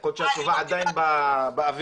יכול להיות שהתשובה עדיין באוויר.